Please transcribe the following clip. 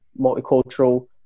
multicultural